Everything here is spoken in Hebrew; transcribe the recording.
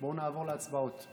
בואו נעבור להצבעות.